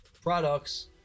products